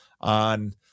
on